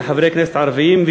כחברי כנסת ערבים,